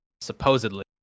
supposedly